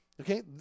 Okay